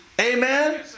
Amen